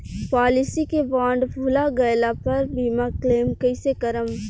Policy के bond भुला गैला पर बीमा क्लेम कईसे करम?